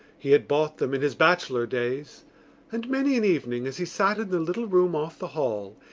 he had bought them in his bachelor days and many an evening, as he sat in the little room off the hall,